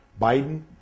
Biden